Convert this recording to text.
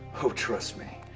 oh, trust me.